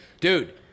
dude